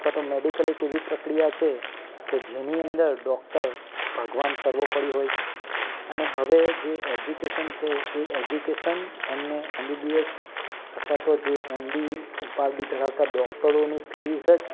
અથવા તો મેડિકલ એક એવી પ્રક્રિયા છે કે જેની અંદર ડૉક્ટર ભગવાન સર્વોપરી હોય છે અને હવે જે એજ્યુકેશન છે એ એજ્યુકેશન એમને એમબીબીએસ અથવા તો જે એમડી ઉપાધિ ધરાવતા ડૉકટરોની ફીસ જ